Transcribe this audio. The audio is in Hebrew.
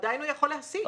ועדין הוא יכול להשיג.